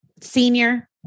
senior